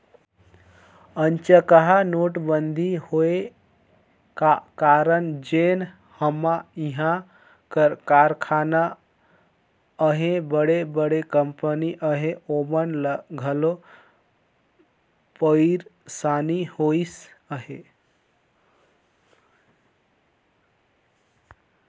अनचकहा नोटबंदी होए का कारन जेन हमा इहां कर कारखाना अहें बड़े बड़े कंपनी अहें ओमन ल घलो पइरसानी होइस अहे